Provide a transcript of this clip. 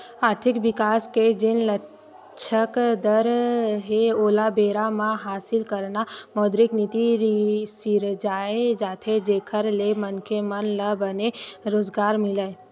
आरथिक बिकास के जेन लक्छ दर हे ओला बेरा म हासिल करना मौद्रिक नीति सिरजाये जाथे जेखर ले मनखे मन ल बने रोजगार मिलय